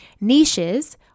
niches